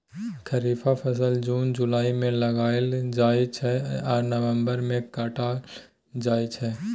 खरीफ फसल जुन जुलाई मे लगाएल जाइ छै आ नबंबर मे काटल जाइ छै